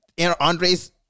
Andre's